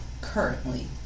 currently